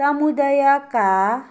समुदायका